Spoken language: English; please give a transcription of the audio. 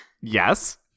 Yes